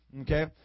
Okay